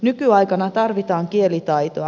nykyaikana tarvitaan kielitaitoa